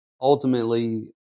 ultimately